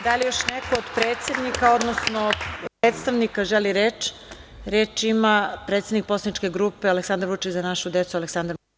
Da li još neko od predsednika, odnosno od predstavnika želi reč? (Da.) Reč ima predsednik poslaničke grupe Aleksandar Vučić – Za našu decu Aleksandar Martinović.